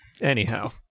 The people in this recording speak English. Anyhow